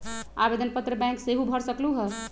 आवेदन पत्र बैंक सेहु भर सकलु ह?